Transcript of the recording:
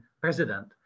president